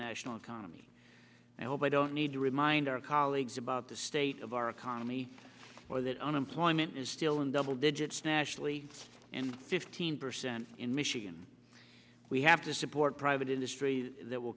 national economy and hope i don't need to remind our colleagues about the state of our economy or that unemployment is still in double digits nationally and fifteen percent in michigan we have to support private industry that will